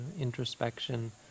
introspection